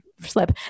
slip